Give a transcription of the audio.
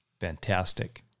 Fantastic